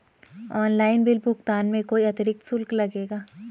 Online bill भुगतान में कोई अतिरिक्त शुल्क लगेगा?